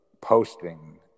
posting